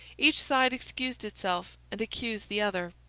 each side excused itself and accused the other.